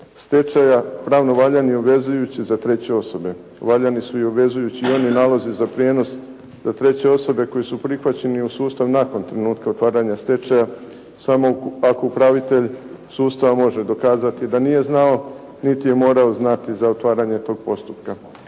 stečaja, pravno valjani obvezujući za treće osobe. Valjani su i obvezujući oni nalozi za prijenos za treće osobe koji su prihvaćeni u sustav nakon trenutka otvaranja stečaja samo ako upravitelj sustava može dokazati da nije znao niti je morao znati za otvaranje tog postupka.